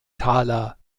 taler